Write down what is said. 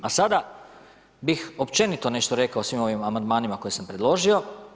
A sada bih općenito nešto rekao o svim ovim amandmanima koje sam predložio.